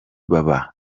baba